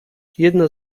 jedna